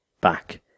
back